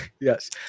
Yes